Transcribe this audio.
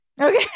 Okay